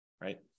right